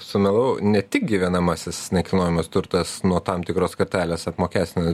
sumelavau ne tik gyvenamasis nekilnojamas turtas nuo tam tikros kartelės apmokestina